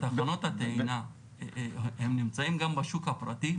תחנות הטעינה נמצאות גם בשוק הפרטי?